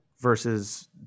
versus